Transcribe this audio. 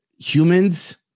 humans